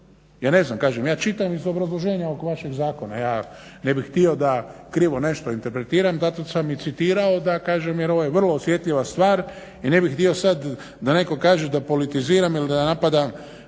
Ja ne znam, kažem, ja čitam iz obrazloženja ovog vašeg zakona ja ne bih htio da krivo nešto interpretiram zato sam i citirao da kažem, jer ovo je vrlo osjetljiva stvar i ne bih htio sada da netko kaže da politiziram ili da napadam